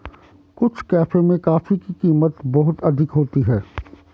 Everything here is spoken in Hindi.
कुछ कैफे में कॉफी की कीमत बहुत अधिक होती है